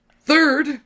Third